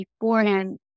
beforehand